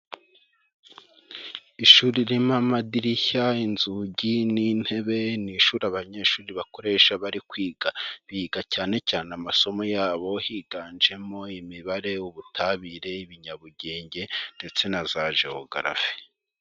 Ishuri ririmo amadirishya, inzugi n'intebe, ni ishuri abanyeshuri bakoresha bari kwiga biga cyane cyane amasomo yabo higanjemo Imibare, Ubutabire, Ibinyabugenge ndetse na za geography.